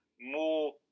more